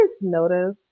notice